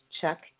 Chuck